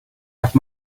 have